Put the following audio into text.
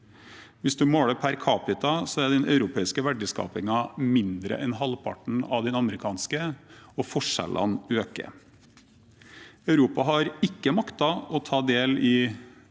Hvis man måler per capita, er den europeiske verdiskapingen mindre enn halvparten av den amerikanske, og forskjellene øker. Europa har ikke maktet å ta del i